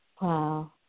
Wow